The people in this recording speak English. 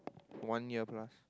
one year plus